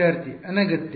ವಿದ್ಯಾರ್ಥಿ ಅನಗತ್ಯ